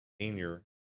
senior